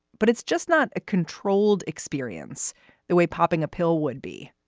but it's just not a controlled experience the way popping a pill would be.